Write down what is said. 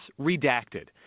redacted